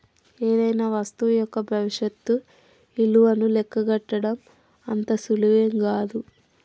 ఏదైనా వస్తువు యొక్క భవిష్యత్తు ఇలువను లెక్కగట్టడం అంత సులువేం గాదు